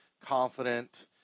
confident